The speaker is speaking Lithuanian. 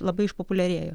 labai išpopuliarėjo